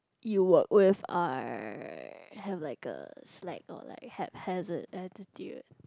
you work with are have like a slack or like haphazard attitude